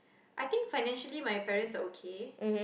I think financially my parents are okay